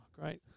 great